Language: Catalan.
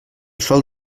sol